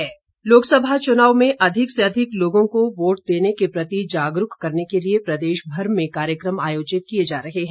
च्नाव आयोग लोकसभा चुनाव में अधिक से अधिक लोगों को वोट देने के प्रति जागरूक करने के लिए प्रदेशभर में कार्यक्रम आयोजित किए जा रहे हैं